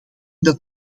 dat